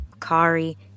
Kari